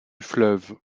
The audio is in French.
fleuve